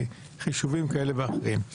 חישובים כאלה ואחרים.